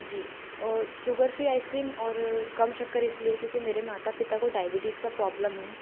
जी और sugar free ice cream और कम शक्कर इस लिए क्योंकि मेरे माता पिता को डायबिटीज़ का प्रॉब्लम है